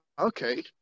okay